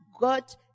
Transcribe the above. God